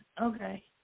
Okay